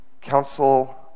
council